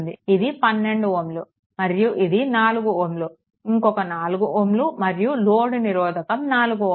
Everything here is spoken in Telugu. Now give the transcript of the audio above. ఇది 12 Ω మరియు ఇది 4 Ω ఇంకొక 4 Ω మరియు లోడ్ నిరోధకం 4 Ω